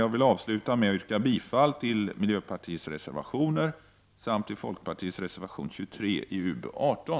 Jag vill avsluta med att yrka bifall till miljöpartiets reservationer och till folkpartiets reservation 23 i UbU18.